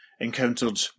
encountered